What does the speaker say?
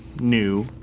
new